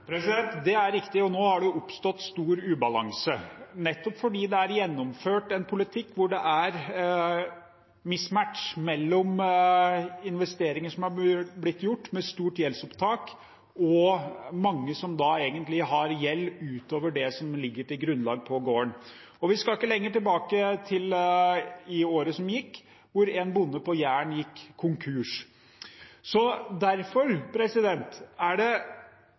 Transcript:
Det er riktig. Og nå har det jo oppstått stor ubalanse, nettopp fordi det er gjennomført en politikk hvor det er mismatch mellom investeringer som er blitt gjort med stort gjeldsopptak, og mange som da egentlig har gjeld utover det som ligger som grunnlag på gården, og vi skal ikke lenger tilbake enn til året som gikk, da en bonde på Jæren gikk konkurs. Derfor er det